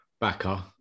backer